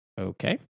Okay